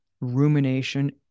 rumination